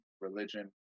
religion